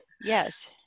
yes